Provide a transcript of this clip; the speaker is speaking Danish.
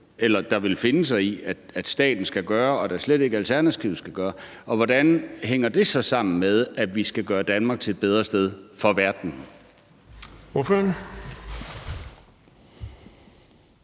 der vil finde sig i at staten skal gøre, og da slet ikke at Alternativet skal gøre. Og hvordan hænger det så sammen med, at vi skal gøre Danmark til et bedre sted for verden? Kl.